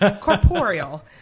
corporeal